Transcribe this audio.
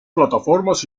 plataformas